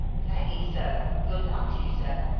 thanky, sir. good luck to you, sir.